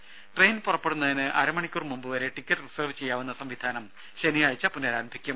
രേര ട്രയിൻ പുറപ്പെടുന്നതിന് അര മണിക്കൂർ മുൻപു വരെ ടിക്കറ്റ് റിസർവ് ചെയ്യാവുന്ന സംവിധാനം ശനിയാഴ്ച പുനരാരംഭിക്കും